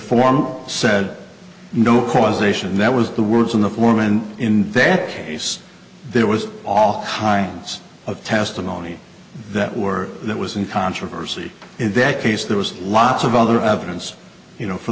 form said no causation that was the words in the foreman in that case there was all kinds of testimony that were that was in controversy in that case there was lots of other evidence you know for